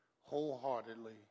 wholeheartedly